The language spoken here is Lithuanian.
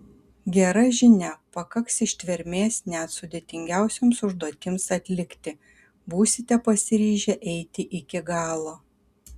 gera žinia pakaks ištvermės net sudėtingiausioms užduotims atlikti būsite pasiryžę eiti iki galo